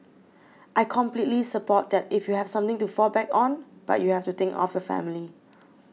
I completely support that if you have something to fall back on but you have to think of your family